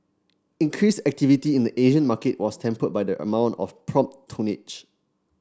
increased activity in the Asian market was tempered by the amount of prompt tonnage